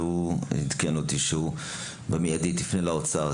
והוא עדכן אותי שהוא במידית יפנה לאוצר,